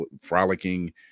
frolicking